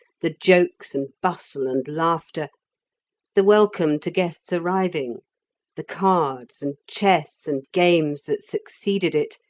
the jokes, and bustle, and laughter, the welcome to guests arriving the cards, and chess, and games that succeeded it,